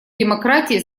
демократии